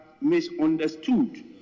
misunderstood